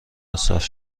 مصرف